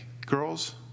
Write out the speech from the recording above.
Girls